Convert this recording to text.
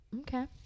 okay